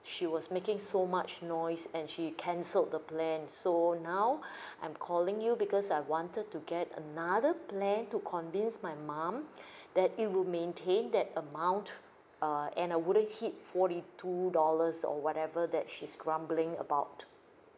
she was making so much noise and she cancelled the plan so now I'm calling you because I wanted to get another plan to convince my mum that it will maintain that amount uh and I wouldn't hit forty two dollars or whatever that she's grumbling about